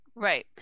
Right